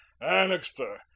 annixter